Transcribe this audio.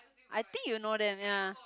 I think you know them ya